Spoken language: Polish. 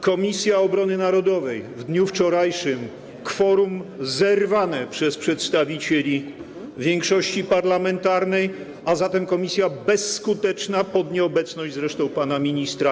Komisja Obrony Narodowej w dniu wczorajszym - kworum zerwane przez przedstawicieli większości parlamentarnej, a zatem komisja bezskuteczna, zresztą pod nieobecność pana ministra.